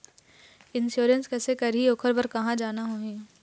Insurance कैसे करही, ओकर बर कहा जाना होही?